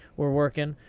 we're working.